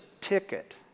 ticket